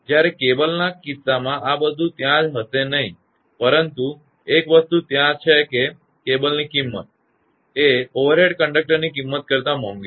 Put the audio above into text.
જ્યારે કેબલના કિસ્સામાં આ બધુ ત્યાં હશે નહીં પરંતુ એક વસ્તુ ત્યાં છે કે કેબલની કિંમત એ ઓવરહેડ કંડક્ટરની કિંમત કરતાં મોંઘી છે